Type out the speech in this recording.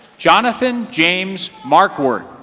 jonathan james markworth.